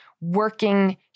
working